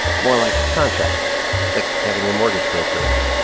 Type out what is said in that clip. more like a contract like having your mortgage preapproved.